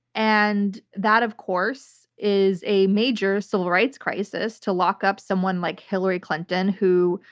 and that of course is a major civil rights crisis to lock up someone like hillary clinton, who,